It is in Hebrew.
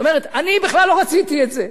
זאת אומרת, אני בכלל לא רציתי את זה.